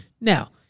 Now